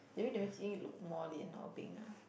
maybe they making it look more lian or beng ah